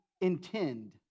intend